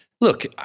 look